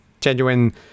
genuine